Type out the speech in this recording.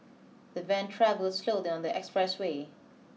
the van travelled slowly on the expressway